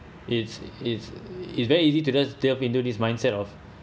it's it's it's very easy to just delve into this mindset of